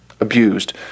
abused